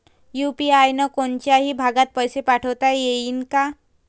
UPI न कोनच्याही भागात पैसे पाठवता येईन का?